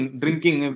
drinking